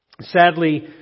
Sadly